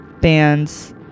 bands